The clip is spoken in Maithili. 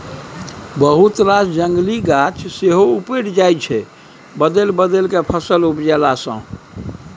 बहुत रास जंगली गाछ सेहो उपटि जाइ छै बदलि बदलि केँ फसल उपजेला सँ